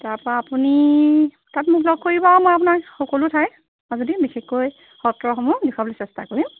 তাৰপৰা আপুনি তাত মোক লগ কৰিব আৰু মই আপোনাক সকলো ঠাই যদি বিশেষকৈ সত্ৰসমূহ দেখুৱাবলৈ চেষ্টা কৰিম